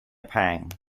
pang